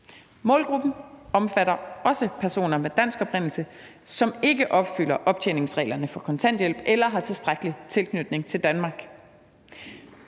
Målgruppen omfatter også personer med dansk oprindelse, som ikke opfylder optjeningsreglerne for kontanthjælp eller har tilstrækkelig tilknytning til Danmark.